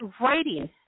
writing